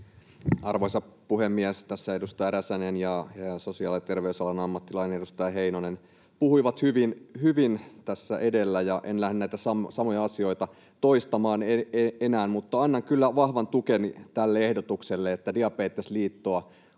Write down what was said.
Arvoisa puhemies! Tässä edustaja Räsänen ja sosiaali‑ ja terveysalan ammattilainen, edustaja Heinonen puhuivat hyvin edellä, ja en lähde näitä samoja asioita toistamaan enää mutta annan kyllä vahvan tukeni tälle ehdotukselle, että Diabetesliittoa